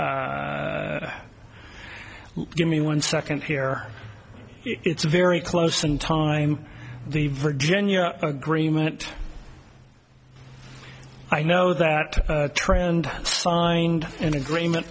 give me one second here it's very close in time the virginia agreement i know that trend signed an agreement